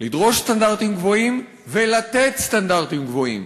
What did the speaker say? לדרוש סטנדרטים גבוהים ולתת סטנדרטים גבוהים,